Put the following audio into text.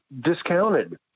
discounted